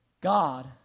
God